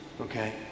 okay